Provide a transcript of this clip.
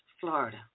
Florida